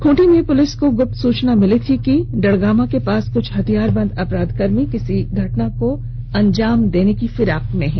Khunti police को गुप्त सूचना मिली थी कि डड़गामा के पास कुछ हथियारबन्द अपराधकर्मी किसी घटना को अंजाम देने के लिए जुटे हैं